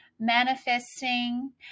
manifesting